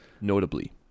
notably